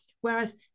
whereas